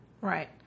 right